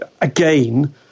again